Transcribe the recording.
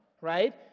right